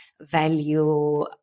value